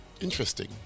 interesting